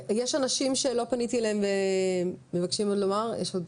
אם יש אנשים שלא פניתי אליהם ומבקשים עוד לומר משהו?